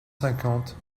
cinquante